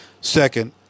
Second